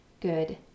good